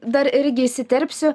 dar irgi įsiterpsiu